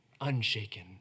unshaken